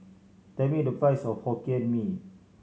tell me the price of Hokkien Mee